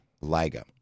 Liga